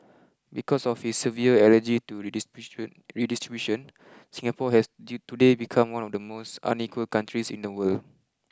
because of his severe allergy to redistribution redistribution Singapore has today become one of the most unequal countries in the world